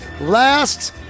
Last